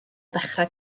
ddechrau